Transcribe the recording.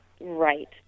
Right